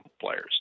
players